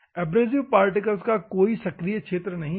abrasive particle का कोई सक्रिय क्षेत्र नहीं है